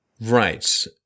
Right